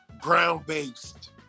ground-based